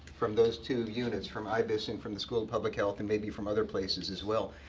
from those two units. from ibis, and from the school of public health, and maybe from other places as well.